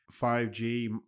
5g